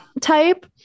type